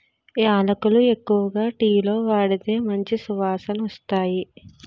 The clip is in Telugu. యాలకులు ఎక్కువగా టీలో వాడితే మంచి సువాసనొస్తాయి